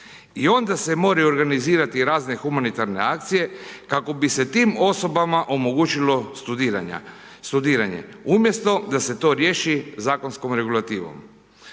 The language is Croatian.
i onda se mogu organizirati razne humanitarne akcije, kako bi se tim osobama omogućilo studiranje, umjesto da se to riješi zakonskom regulativom.